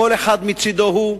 כל אחד מצדו הוא,